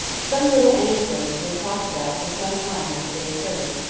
some little anecdotes were talked about for some time after they occurred.